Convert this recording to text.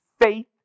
faith